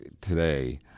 today